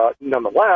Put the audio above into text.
nonetheless